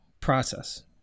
process